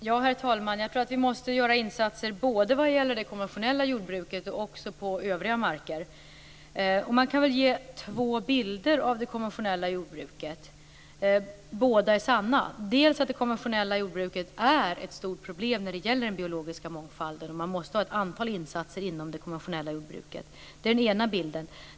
Herr talman! Vi måste göra insatser vad gäller både det konventionella jordbruket och övriga marker. Låt mig ge två bilder av det konventionella jordbruket, som båda är sanna. Å ena sidan är det konventionella jordbruket ett stort problem när det gäller den biologiska mångfalden, och man måste få till stånd ett antal insatser inom det konventionella jordbruket. Det är den ena bilden.